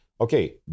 okay